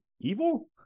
evil